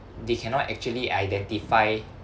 they cannot actually identify